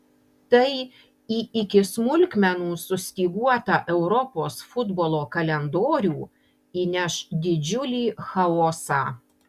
tai į iki smulkmenų sustyguotą europos futbolo kalendorių įneš didžiulį chaosą